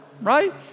right